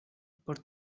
por